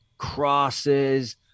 crosses